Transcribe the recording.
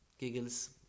Giggles